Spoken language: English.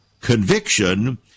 conviction